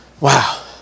Wow